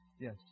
Yes